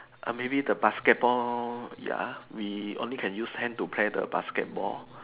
maybe the basketball ya we only can use hand to play the basketball